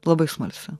labai smalsi